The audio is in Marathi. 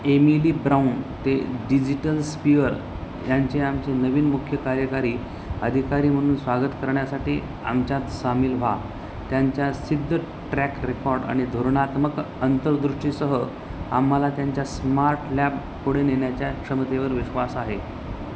एमिली ब्राऊन ते डिजिटलस्पिअर यांचे आमचे नवीन मुख्य कार्यकारी अधिकारी म्हणून स्वागत करण्यासाठी आमच्यात सामील व्हा त्यांच्या सिद्ध ट्रॅक रेकॉर्ड आणि धोरणत्मक अंतर्दृष्टीसह आम्हाला त्यांच्या स्मार्ट लॅब पुढे नेण्याच्या क्षमतेवर विश्वास आहे